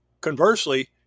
Conversely